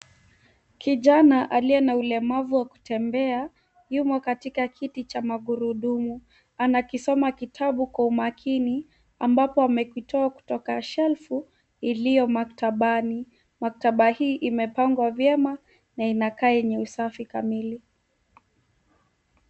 Kijana aliye na ulemavu wa kutembea yumo katika kiti cha magurudumu. Anakisoma kitabu kwa umakini ambapo amekitoa kutoka shelfu iliyo maktabani. Maktaba hii imepangwa vyema na inakaa yenye usafi kamili.